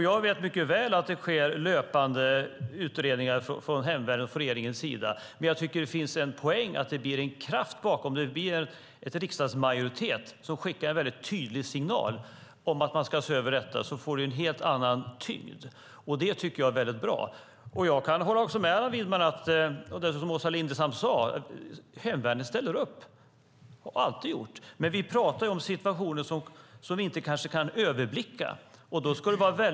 Jag vet mycket väl att det sker löpande utredningar av hemvärnet från regeringens sida, men jag tycker att det finns en poäng i att det blir en kraft bakom. Blir det en riksdagsmajoritet som skickar en väldigt tydlig signal om att man ska se över detta får det ju en helt annan tyngd. Det tycker jag är väldigt bra. Jag håller också med Allan Widman om, som Åsa Lindestam också sade, att hemvärnet ställer upp. Det har de alltid gjort. Men vi pratar ju om situationer som vi kanske inte kan överblicka.